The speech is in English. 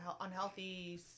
unhealthy